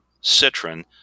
citron